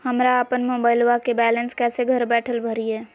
हमरा अपन मोबाइलबा के बैलेंस कैसे घर बैठल भरिए?